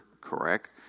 correct